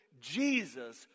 Jesus